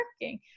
working